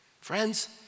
Friends